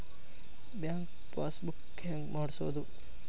Bank passbook ಹೆಂಗ್ ಮಾಡ್ಸೋದು?